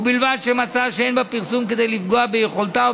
ובלבד שמצאה שאין בפרסום כדי לפגוע ביכולתה או